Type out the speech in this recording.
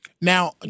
Now